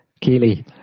Keely